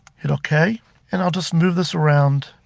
hit ok and i will just move this around